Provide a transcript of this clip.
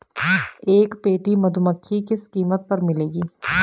एक पेटी मधुमक्खी किस कीमत पर मिलेगी?